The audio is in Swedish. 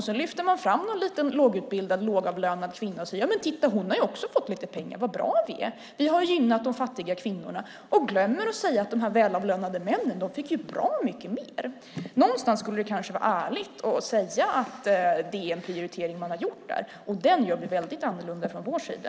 Sedan lyfter ni fram någon liten lågutbildad, lågavlönad kvinna och säger: Titta, hon har också fått lite pengar - så bra vi är! Vi har gynnat de fattiga kvinnorna! Men ni glömmer att säga att de välavlönade männen fick bra mycket mer. Någonstans skulle det kanske vara ärligt att säga att det är en prioritering man har gjort. Den gör vi väldigt annorlunda från vår sida.